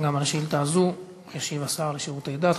גם על השאילתה הזו ישיב השר לשירותי דת.